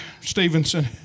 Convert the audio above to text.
Stevenson